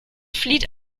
flieht